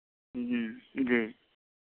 जी